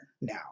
now